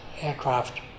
aircraft